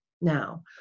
Now